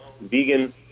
vegan